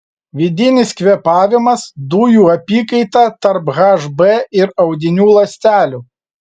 vidinis kvėpavimas dujų apykaita tarp hb ir audinių ląstelių